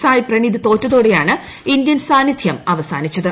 സായ് പ്രണീത് തോറ്റതോടെയാണ് ഇന്ത്യൻ സാന്നിധ്യം അവസാനിച്ചത്